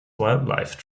wildlife